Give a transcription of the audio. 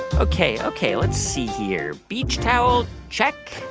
ok, ok, let's see here beach towel, check.